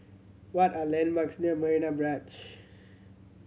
what are landmarks near Marina Barrage